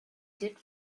did